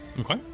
Okay